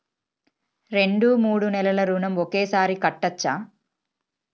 రెండు మూడు నెలల ఋణం ఒకేసారి కట్టచ్చా?